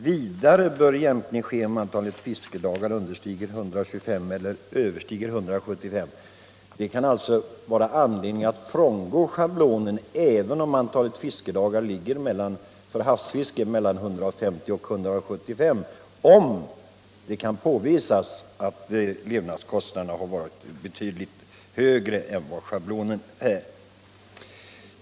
Vidare bör jämkning ske om antalet fiskedagar understiger 125 eller överstiger 175.” Det kan alltså vara anledning att frångå schablonen även om antalet fiskedagar för havsfiske ligger mellan 150 och 175, för den händelse det påvisas att levnadskostnaderna har varit betydligt högre än vad schablonen förutsätter.